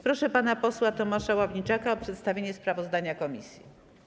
Proszę pana posła Tomasza Ławniczaka o przedstawienie sprawozdania komisji.